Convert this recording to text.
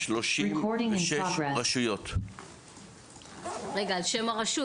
36. על שם הרשות,